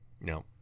No